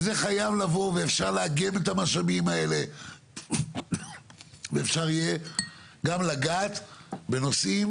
וזה חייב לבוא ואפשר לאגם את המשאבים האלה ואפשר יהיה גם לגעת בנושאים